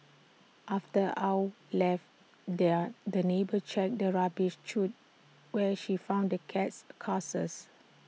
after Ow left their the neighbour checked the rubbish chute where she found the cat's carcass